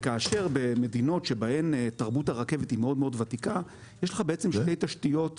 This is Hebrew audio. ובמדינות שבהן תרבות הרכבת היא מאוד ותיקה יש לך שתי תשתיות נפרדות: